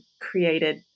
created